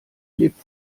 lebt